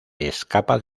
escapa